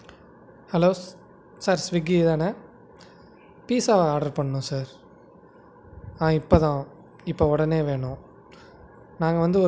இங்கே வேலையில் இருக்கிறப்ப கேணீன் இருந்துச்சி மூணு வேலையும் சாப்பாடுக்கு பிரச்சனை இல்லாமல் இருந்துச்சி ஆனால் சமிபத்துல கேணீன மூடிட்டாங்க